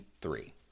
three